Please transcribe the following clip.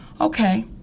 Okay